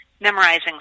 memorizing